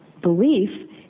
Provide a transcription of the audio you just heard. belief